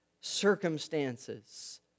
circumstances